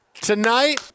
Tonight